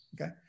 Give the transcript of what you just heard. Okay